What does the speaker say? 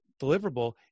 deliverable